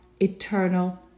eternal